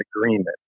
agreement